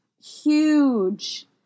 huge